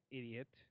idiot